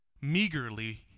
meagerly